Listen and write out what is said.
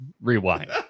Rewind